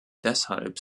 deshalb